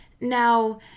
now